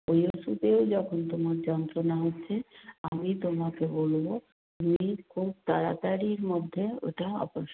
ওই ওষুধে যখন তোমার যন্ত্রণা হচ্ছে আমি তোমাকে বলবো খুব তাড়াতাড়ির মধ্যে ওটা অপারেশান